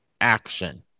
action